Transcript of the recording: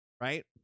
right